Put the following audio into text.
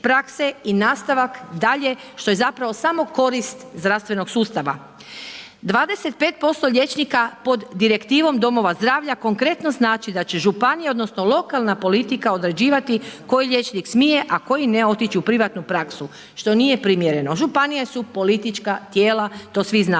prakse i nastavak dalje što je zapravo samo korist zdravstvenog sustava. 25% liječnika pod direktivom domova zdravlja konkretno znači da će županija, odnosno lokalna politika određivati koji liječnik smije, a koji ne otići u privatnu praksu, što nije primjereno. Županije su politička tijela, to svi znate.